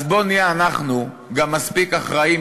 אז בואו נהיה אנחנו גם מספיק אחראיים